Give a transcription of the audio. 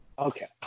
Okay